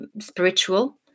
spiritual